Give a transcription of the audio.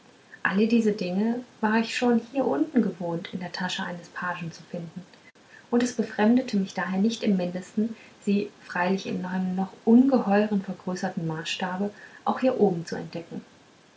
alle diese dinge war ich schon hier unten gewohnt in der tasche eines pagen zu finden und es befremdete mich daher nicht im mindesten sie freilich in einem ungeheuer vergrößerten maßstabe auch hier oben zu entdecken